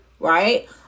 right